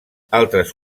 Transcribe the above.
altres